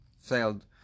sailed